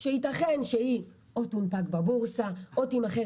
שייתכן שהיא או תונפק בבורסה או תימכר